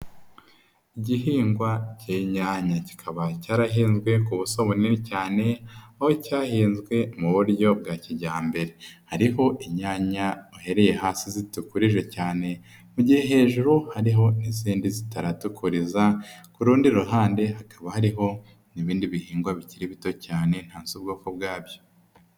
Igihingwa cy'inyanya kikaba cyarahinzwe ku buso bunini cyane aho cyahinzwe mu buryo bwa kijyambere, hariho inyanya uhereye hasi zitukurije cyane mujyihe hejuru hariho n'izindi zitaratukuriza ku rundi ruhande hakaba hariho n'ibindi bihingwa bikiri bito cyane nta zi ubwoko bwabyo.